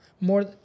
more